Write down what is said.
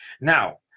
Now